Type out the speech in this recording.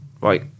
right